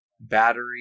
battery